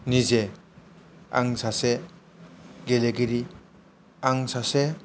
निजे आं सासे गेलेगिरि आं सासे